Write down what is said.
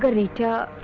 but rita?